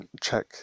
check